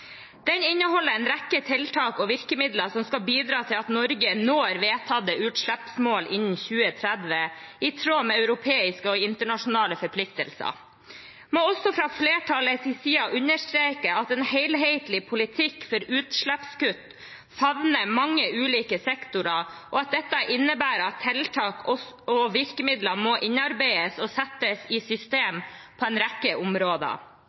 Den inneholder en rekke tiltak og virkemidler som skal bidra til at Norge når vedtatte utslippsmål innen 2030, i tråd med europeiske og internasjonale forpliktelser. Jeg må også fra flertallets side understreke at en helhetlig politikk for utslippskutt favner mange ulike sektorer, og at dette innebærer at tiltak og virkemidler må innarbeides og settes i system på en rekke områder.